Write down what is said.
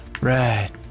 Right